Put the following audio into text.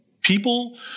people